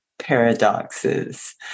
Paradoxes